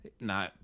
No